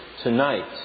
tonight